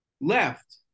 left